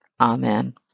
Amen